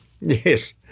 Yes